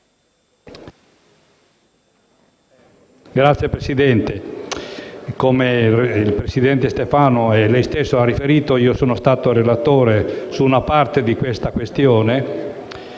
Signor Presidente, come il presidente Stefano e lei stesso avete riferito, sono stato relatore su parte di questa questione